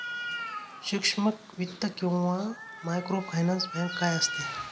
सूक्ष्म वित्त किंवा मायक्रोफायनान्स बँक काय असते?